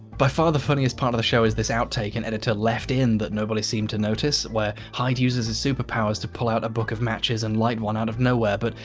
by far the funniest part of the show is this outtake an editor left in that nobody seemed to notice where hyde uses his superpowers to pull out a book of matches and light one out of nowhere but,